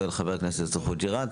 אומר חבר הכנסת חוג'יראת,